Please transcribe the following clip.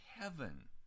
heaven